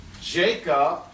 Jacob